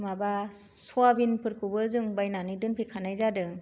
माबा सयाबिनफोरखौबो जों बायनानै दोनफैखानाय जादों